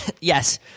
Yes